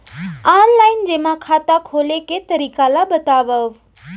Online जेमा खाता खोले के तरीका ल बतावव?